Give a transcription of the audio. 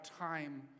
time